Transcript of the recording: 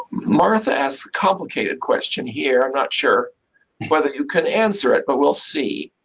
martha asks a complicated question here. i'm not sure whether you can answer it, but we'll see.